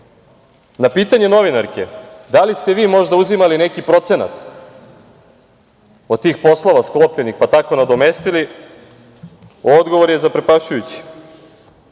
pitanje novinarke – da li ste vi možda uzimali neki procenat od tih poslova sklopljenih, pa tako nadomestili, odgovor je zaprepašćujući